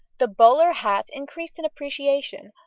the bowler hat increased in appreciation,